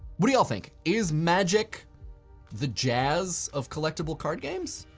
what do you all think? is magic the jazz of collectible card games?